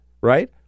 right